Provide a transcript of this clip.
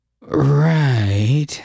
Right